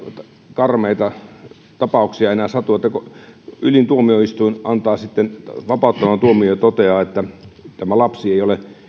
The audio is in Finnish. karmeita tapauksia enää satu että ylin tuomioistuin antaa vapauttavan tuomion ja toteaa että lapsi ei ole